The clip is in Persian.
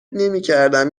نمیکردم